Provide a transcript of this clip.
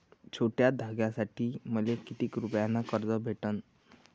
छोट्या धंद्यासाठी मले कितीक रुपयानं कर्ज भेटन?